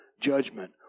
judgment